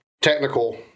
technical